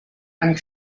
and